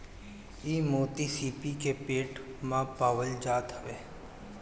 इ मोती सीपी के पेट में पावल जात हवे